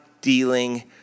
dealing